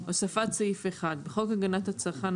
הוספת סעיף בחוק הגנת הצרכן,